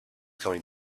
going